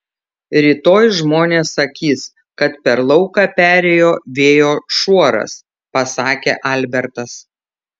rytoj žmonės sakys kad per lauką perėjo vėjo šuoras pasakė albertas